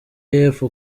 y’epfo